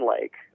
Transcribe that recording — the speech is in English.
Lake